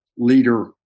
Leader